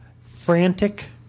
frantic